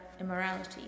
immorality